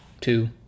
two